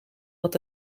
dat